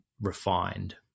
refined